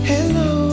Hello